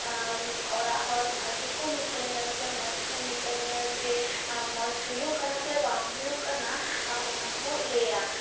ᱚᱲᱟᱜ ᱦᱚᱲ ᱵᱷᱟᱜᱮ ᱠᱚ ᱢᱤᱛᱟᱹᱧᱟ ᱥᱮ ᱢᱚᱡᱽ ᱠᱚ ᱢᱤᱛᱟᱹᱧᱟᱹ ᱥᱮ ᱢᱚᱡᱽ ᱦᱩᱭᱩᱜ ᱠᱟᱱᱟ ᱥᱮ ᱵᱟᱝ ᱦᱩᱭᱩᱜ ᱠᱟᱱᱟ ᱚᱱᱟ ᱠᱚ ᱞᱟᱹᱭᱟ